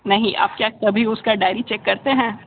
नहीं आप क्या कभी उसका डायरी चेक करते हैं